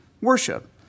worship